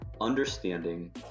understanding